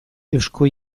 eusko